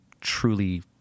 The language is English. truly